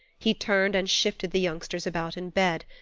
he turned and shifted the youngsters about in bed.